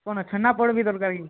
କ'ଣ ଛେନାପୋଡ଼ ବି ଦରକାର କି